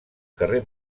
carrer